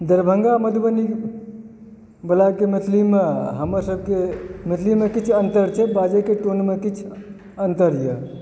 दरभङ्गा मधुबनी वलाके मैथिलीमे आ हमर सबकेँ मैथिलीमे किछु छै बाजएके टोनमे किछ अन्तर यऽ